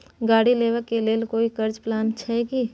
गाड़ी लेबा के लेल कोई कर्ज प्लान छै की?